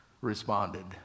responded